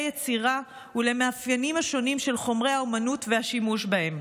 יצירה ולמאפיינים השונים של חומרי האומנות והשימוש בהם.